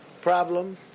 problem